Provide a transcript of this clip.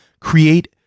create